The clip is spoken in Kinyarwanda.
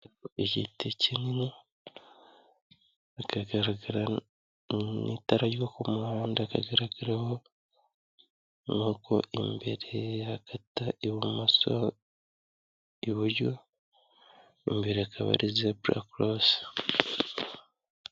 Igiti kinini bikagaragara, n'itara ryo ku muhanda hakagaragaramo inyubako imbere, hakata ibumoso, iburyo, imbere hakaba hari zebura korosingi.